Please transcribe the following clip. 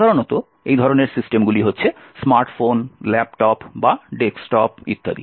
সাধারণত এই ধরণের সিস্টেমগুলি হচ্ছে স্মার্ট ফোন ল্যাপটপ বা ডেস্কটপ ইত্যাদি